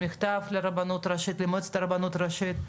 מכתב למועצת הרבנות הראשית,